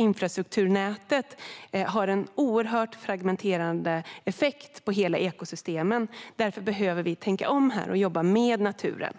Infrastrukturnätet har en stor fragmenterande effekt på ekosystemen, och därför behöver vi tänka om här och jobba med naturen.